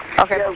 Okay